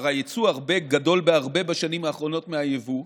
היצוא כבר גדול בהרבה בשנים האחרונות מהיבוא,